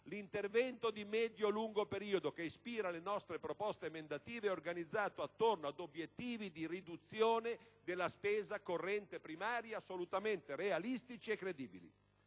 L'intervento di medio-lungo periodo che ispira le nostre proposte emendative è organizzato attorno ad obiettivi di riduzione della spesa corrente primaria assolutamente realistici e credibili.